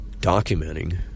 documenting